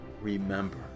remember